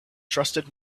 trusted